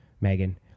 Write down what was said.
Megan